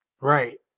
right